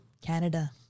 Canada